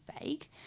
vague